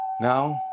Now